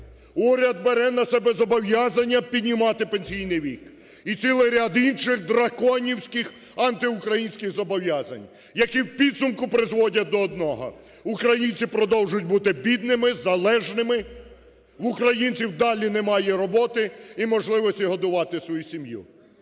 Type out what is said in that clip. Уряд бере на себе зобов'язання піднімати пенсійний вік. І цілий ряд інших драконівських антиукраїнських зобов'язань, які у підсумку призводять до одного – українці продовжують бути бідними, залежними, в українців далі немає роботи і можливості годувати свою сім'ю.